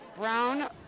brown